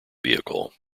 vehicle